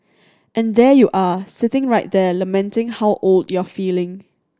and there you are sitting right there lamenting how old you're feeling